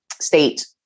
state